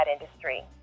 industry